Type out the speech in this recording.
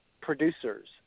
producers